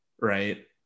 right